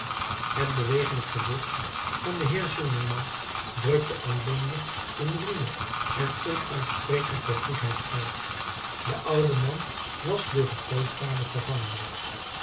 het bewegelijk gezicht van den heer gillenormand drukte alleen nog een ruwe en onuitsprekelijke goedheid uit de oude man was door den grootvader vervangen